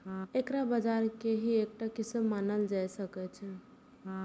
एकरा बाजार के ही एकटा किस्म मानल जा सकै छै